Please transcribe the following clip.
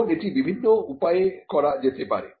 এখন এটি বিভিন্ন উপায়ে করা যেতে পারে